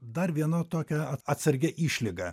dar viena tokia atsargia išlyga